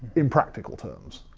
in practical terms,